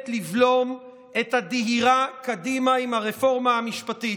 לבלום את הדהירה קדימה עם הרפורמה המשפטית.